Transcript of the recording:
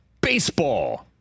baseball